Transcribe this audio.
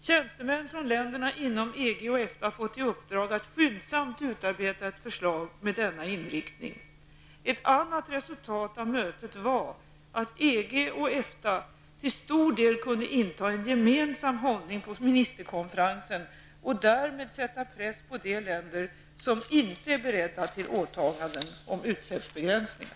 Tjänstemän från länderna inom EG och EFTA har fått i uppdrag att skyndsamt utarbeta ett förslag med denna inriktning. Ett annat resultat av mötet var att EG och EFTA till stor del kunde inta en gemensam hållning på ministerkonferensen och därmed sätta press på de länder som inte är beredda till åtaganden om utsläppsbegränsningar.